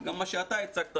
גם מה שאתה הצגת,